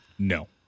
No